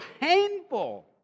painful